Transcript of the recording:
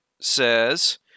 says